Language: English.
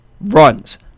runs